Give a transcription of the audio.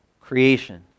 creation